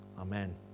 Amen